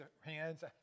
hands